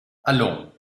allons